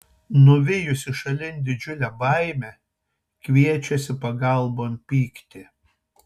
nuvijusi šalin didžiulę baimę kviečiasi pagalbon pyktį